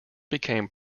became